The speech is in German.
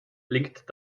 blinkt